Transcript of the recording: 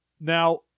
Now